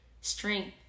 strength